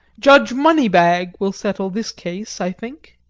judge moneybag will settle this case, i think!